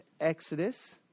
Exodus